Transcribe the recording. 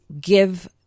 give